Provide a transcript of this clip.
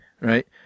right